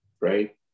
right